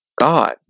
God